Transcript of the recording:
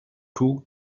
two